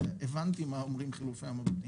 אבל אני חושב, אני לא מתווכח,